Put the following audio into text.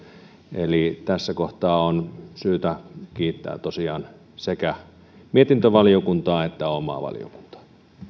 eli tässä kohtaa on syytä kiittää tosiaan sekä mietintövaliokuntaa että omaa valiokuntaa